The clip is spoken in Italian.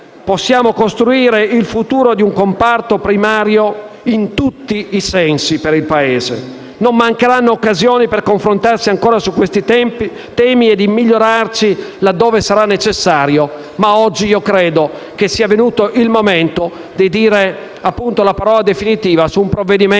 possiamo costruire il futuro di un comparto primario in tutti i sensi per il Paese. Non mancheranno occasioni per confrontarsi ancora su questi temi e per migliorarci, laddove sarà necessario, ma oggi credo sia venuto il momento di dire, appunto, la parola definitiva su un provvedimento